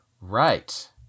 Right